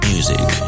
Music